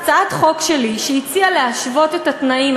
הצעת חוק שלי הציעה להשוות את התנאים,